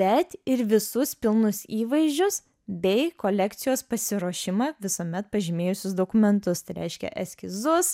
bet ir visus pilnus įvaizdžius bei kolekcijos pasiruošimą visuomet pažymėjusius dokumentus tai reiškia eskizus